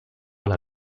alla